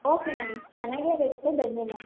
okay ma'am ಚೆನ್ನಾಗೆ ಇರುತ್ತೆ ಬನ್ನಿ ಮ್ಯಾಮ್